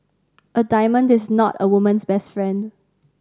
a diamond is not a woman's best friend